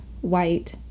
White